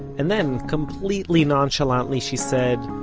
and then, completely nonchalantly, she said,